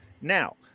Now